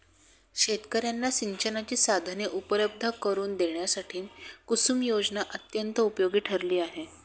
शेतकर्यांना सिंचनाची साधने उपलब्ध करून देण्यासाठी कुसुम योजना अत्यंत उपयोगी ठरली आहे